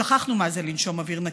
שכחנו מה זה לנשום אוויר נקי.